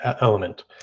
element